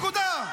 נקודה.